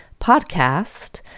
podcast